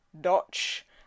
Dutch